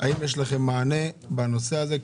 האם יש לכם מענה בנושא הזה,